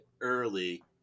early